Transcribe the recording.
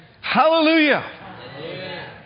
hallelujah